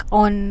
on